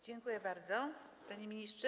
Dziękuję bardzo, panie ministrze.